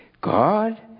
God